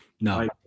no